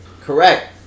Correct